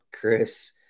Chris